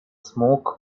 smoke